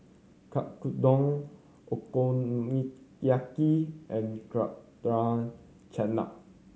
Oyakodon Okonomiyaki and Chutney